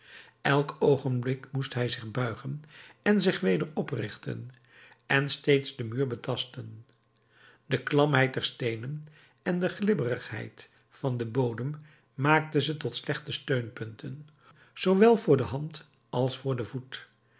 elk oogenblik moest hij zich buigen en zich weder oprichten en steeds den muur betasten de klamheid der steenen en de glibberigheid van den bodem maakten ze tot slechte steunpunten zoowel voor de hand als voor den voet